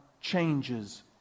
changes